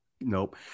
Nope